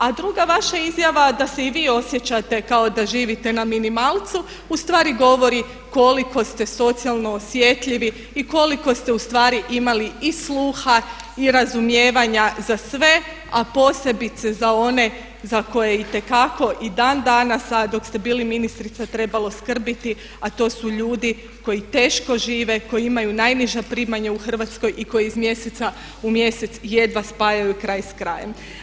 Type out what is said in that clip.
A druga vaša izjava da se i vi osjećate kao da živite na minimalcu ostvari govori koliko ste socijalno osjetljivi i koliko ste ustvari imali i sluha i razumijevanja za sve a posebice za one za koje itekako i dan danas sad dok ste bili ministrica trebalo skrbiti a to su ljudi koji teško žive, koji imaju najniža primanja u Hrvatskoj i koji iz mjeseca u mjesec jedva spajaju kraj s krajem.